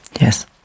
Yes